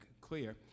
clear